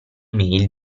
mail